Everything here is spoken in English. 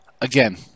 Again